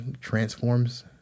transforms